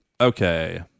okay